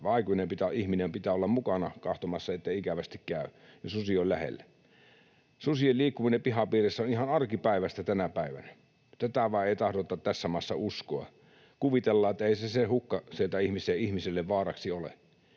aikuisen ihmisen pitää olla mukana katsomassa, ettei ikävästi käy, jos susi on lähellä. Susien liikkuminen pihapiirissä on ihan arkipäiväistä tänä päivänä. Tätä vain ei tahdota tässä maassa uskoa. Kuvitellaan, ettei se hukka siellä ihmisille vaaraksi ole.